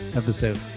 episode